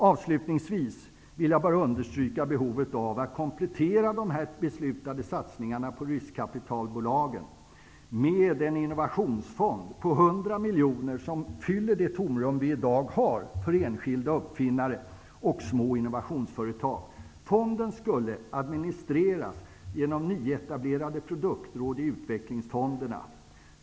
Avslutningsvis vill jag understryka behovet av att komplettera de beslutade satsningarna på riskkapitalbolagen med en innovationsfond på 100 miljoner som fyller det tomrum vi i dag har för enskilda uppfinnare och små innovationsföretag. Fonden skulle administreras genom nyetablerade produktråd i utvecklingsfonderna.